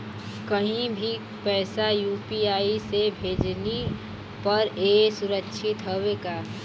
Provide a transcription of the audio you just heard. कहि भी पैसा यू.पी.आई से भेजली पर ए सुरक्षित हवे का?